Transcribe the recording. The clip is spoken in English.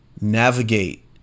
navigate